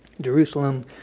Jerusalem